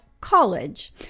college